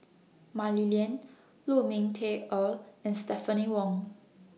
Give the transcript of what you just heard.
Mah Li Lian Lu Ming Teh Earl and Stephanie Wong